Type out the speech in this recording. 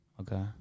Okay